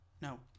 No